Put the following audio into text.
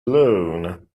loan